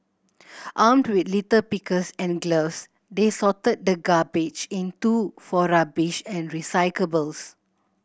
armed with litter pickers and gloves they sorted the garbage into for rubbish and recyclables